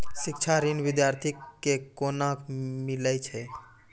शिक्षा ऋण बिद्यार्थी के कोना मिलै छै?